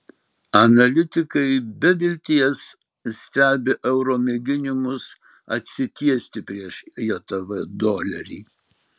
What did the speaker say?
analitikai be vilties stebi euro mėginimus atsitiesti prieš jav dolerį